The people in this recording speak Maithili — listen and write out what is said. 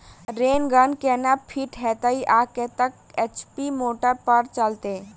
रेन गन केना फिट हेतइ आ कतेक एच.पी मोटर पर चलतै?